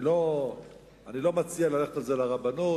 אני לא מציע ללכת על זה לרבנות,